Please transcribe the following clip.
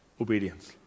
obedience